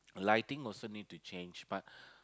lightning also need to change but